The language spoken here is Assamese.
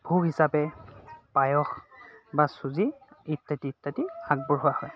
ভোগ হিচাপে পায়স বা চুজি ইত্যাদি ইত্যাদি আগবঢ়োৱা হয়